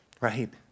Right